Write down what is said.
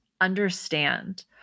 Understand